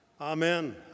Amen